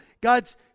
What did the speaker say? God's